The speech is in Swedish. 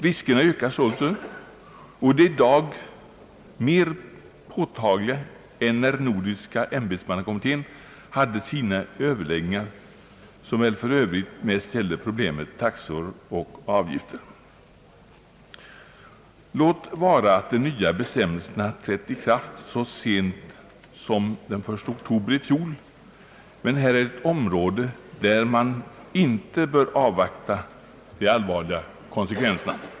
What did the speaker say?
Riskerna ökar sålunda och är i dag mer påtagliga än när nordiska ämbetsmannakommittén hade sina överläggningar — som väl för övrigt främst gällde problemet om taxor och avgifter. Låt vara att de nya bestämmelserna trätt i kraft så sent som den 1 oktober i fjol, men detta är ett område där man inte bör avvakta de allvarliga konsekvenserna.